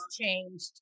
changed